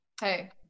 Hey